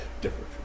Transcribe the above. different